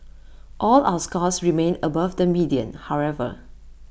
all our scores remain above the median however